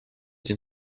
den